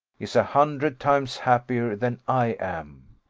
is a hundred times happier than i am.